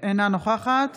אינה נוכחת